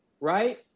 Right